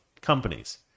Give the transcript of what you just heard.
companies